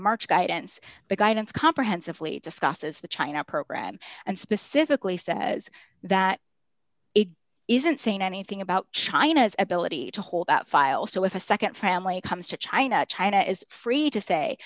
march guidance the guidance comprehensively discusses the china program and specifically says that it isn't saying anything about china's ability to hold that file so if a nd family comes to china china is free to say